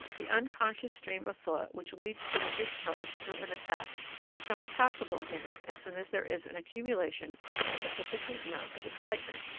the unconscious stream of thought which leads to the discharge through an attack becomes passable again as soon as there is an accumulation of a sufficient amount of excitement.